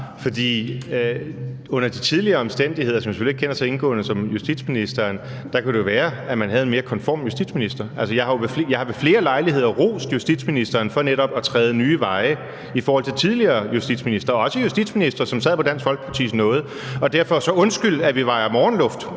under de tidligere omstændigheder, som jeg selvfølgelig ikke kender så indgående til som justitsministeren, kunne det jo være, at man havde en mere konform justitsminister. Altså, jeg har ved flere lejligheder rost justitsministeren for netop at træde nye veje i forhold til tidligere justitsministre, også justitsministre, som sad på Dansk Folkepartis nåde. Derfor vil jeg sige: Undskyld, at vi i forhold